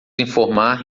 informar